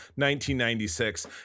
1996